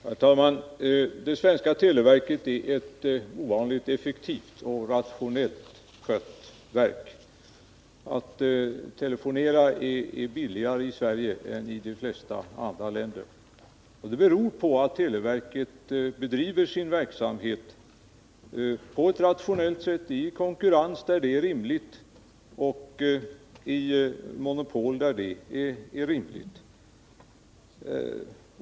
Herr talman! Det svenska televerket är ett ovanligt effektivt och rationellt skött verk. Att telefonera är billigare i Sverige än i de flesta andra länder. Det beror på att televerket bedriver sin verksamhet på ett rationellt sätt, i konkurrens där det är rimligt och med monopol där det är rimligt.